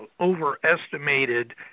overestimated